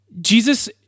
Jesus